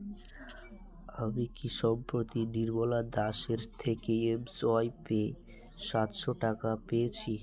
আমি কি সম্প্রতি নির্মলা দাস এর থেকে এমসোয়াইপে সাতশো টাকা পেয়েছি